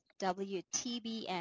WTBN